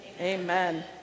Amen